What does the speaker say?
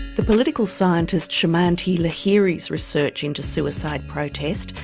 the political scientist simanti lahiri's research into suicide protest,